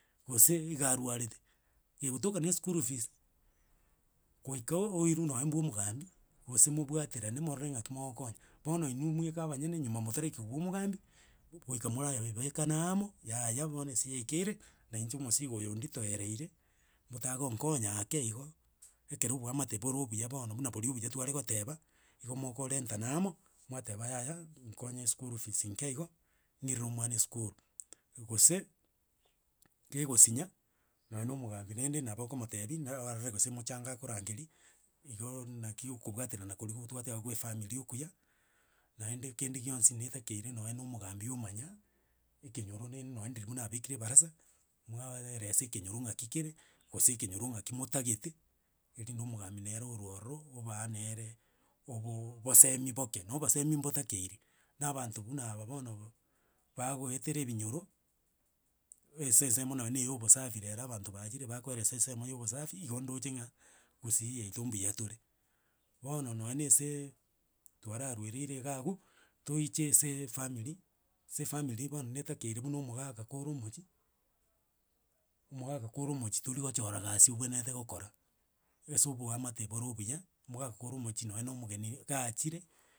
Gose iga arwarete, gegotoka na eschool fees, goika oirwe nonye mbwa omogambi, gose mobwaterane morore ng'aki mogokonya. Bono inwe mweka abanyene nyuma motaraikiwa omogambi, goika morayebebeka na amo, yaya bono ase yaikeire, na inche omosigo oyo onditoereire, motagonkonya ake igo, ekero oboamate boro obuya buna bori obuya twaregoteba, igo mokorentana amo, mwateba yaya nkonye eschool fees nke igo, ng'irere omwana eskuru, gose kegosinya, nonye na omogambi rende nabo okomotebia na arore gose mochango akorangeria igooo naki okobwaterana koria twateba bwa efamili okuya, naende kende gionsi netakeire nonye na omogambi omanya ekenyoro rende nonye ndiri abekire ebarasa, mwaeresa ekenyoro ng'aki kere, gose ekenyoro ng'aki motagete, eri na omogambi nere orwo ororo, obaa nere obooo bosemi boke. Na obosemi mbotakeire, na abanto buna aba bonoo bagoetera ebinyoro ase ensemo nonye na ya obosafi rero abanto bachire bakoeresa ensemo ya obosafi igo ndoche ng'a gusii yaito mbuya tore. Bono nonye na aseeee, twararwuereire iga abwo, toiche ase efamiri, ase efamiri bono netakeire buna omogaka kore omochi, omogaka kore omochi torigochora gasi obwenerete gokora, ase oboamate boro obuya, mogaka kore omochi nonye na omogeni gachire.